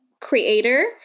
creator